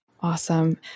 Awesome